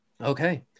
Okay